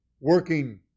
working